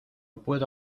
puedo